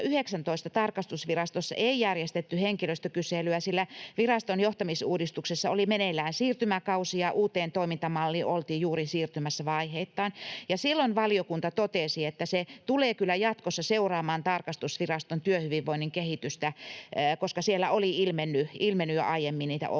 2019 tarkastusvirastossa ei järjestetty henkilöstökyselyä, sillä viraston johtamisuudistuksessa oli meneillään siirtymäkausi ja uuteen toimintamalliin oltiin juuri siirtymässä vaiheittain. Silloin valiokunta totesi, että se tulee kyllä jatkossa seuraamaan tarkastusviraston työhyvinvoinnin kehitystä, koska siellä oli ilmennyt jo aiemmin niitä ongelmia.